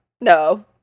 No